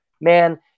man